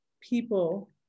people